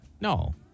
No